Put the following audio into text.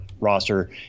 roster